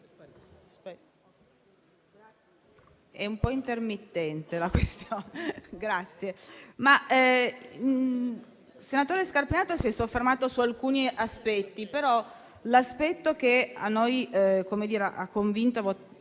senatore Scarpinato si è soffermato su alcuni punti, però l'aspetto che ci ha convinti